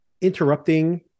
interrupting